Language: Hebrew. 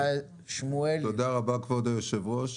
תודה רבה, כבוד היושב-ראש.